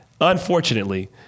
unfortunately